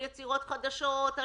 על יצירות חדשות,